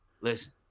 listen